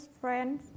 friends